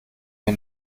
mir